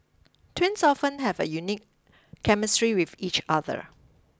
twins often have a unique chemistry with each other